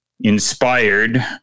inspired